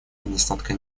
недостатка